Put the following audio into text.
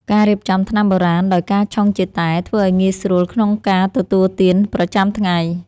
ការរៀបចំថ្នាំបុរាណដោយការឆុងជាតែ ធ្វើឱ្យងាយស្រួលក្នុងការទទួលទានប្រចាំថ្ងៃ។